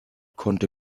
konnte